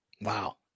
Wow